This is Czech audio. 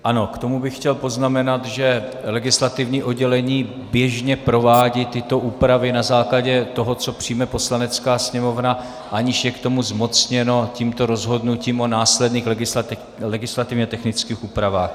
Ano, k tomu bych chtěl poznamenat, že legislativní oddělení běžně provádí tyto úpravy na základě toho, co přijme Poslanecká sněmovna, aniž je k tomu zmocněno tímto rozhodnutím o následných legislativně technických úpravách.